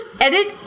edit